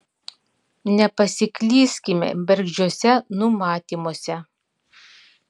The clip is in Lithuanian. nepasiklyskime bergždžiuose numatymuose